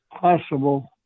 possible